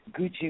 Gucci